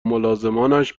ملازمانش